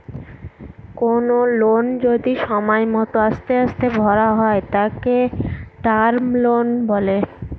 কোনো লোন যদি সময় মত আস্তে আস্তে ভরা হয় তাকে টার্ম লোন বলে